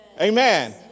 Amen